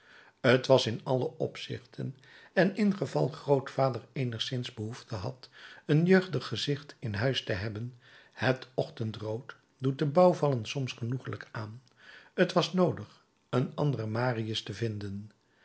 t was in alle opzichten en ingeval grootvader eenigszins behoefte had een jeugdig gezicht in huis te hebben het ochtendrood doet de bouwvallen soms genoegelijk aan t was noodig een anderen marius te vinden